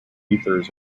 ethers